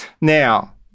Now